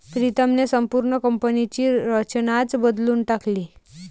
प्रीतमने संपूर्ण कंपनीची रचनाच बदलून टाकली